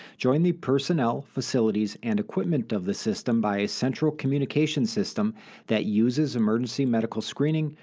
join the personnel, facilities, and equipment of the system by a central communications system that uses emergency medical screening,